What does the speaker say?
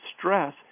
stress